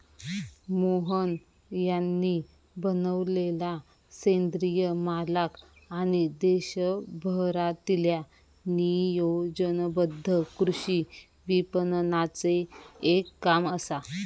मोहन यांनी बनवलेलला सेंद्रिय मालाक मागणी देशभरातील्या नियोजनबद्ध कृषी विपणनाचे एक काम असा